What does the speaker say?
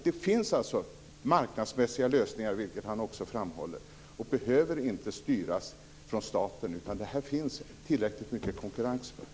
Det finns alltså marknadsmässiga lösningar, vilket han också framhåller. Det behöver inte styras från staten, utan det finns tillräckligt mycket konkurrens för det här.